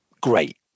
Great